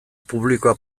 publikoa